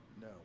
No